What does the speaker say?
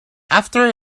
after